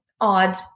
odd